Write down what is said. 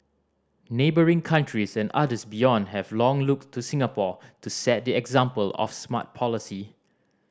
neighbouring countries and others beyond have long looked to Singapore to set the example of smart policy